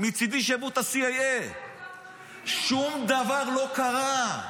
מצידי שיביאו את ה-CIA ------ שום דבר לא קרה.